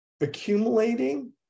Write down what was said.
accumulating